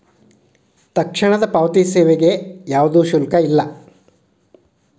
ತಕ್ಷಣದ ಪಾವತಿ ಸೇವೆಗೆ ಯಾವ್ದು ಶುಲ್ಕ ಇಲ್ಲ